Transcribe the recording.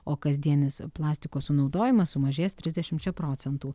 o kasdienis plastiko sunaudojimas sumažės trisdešimčia procentų